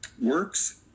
Works